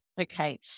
Okay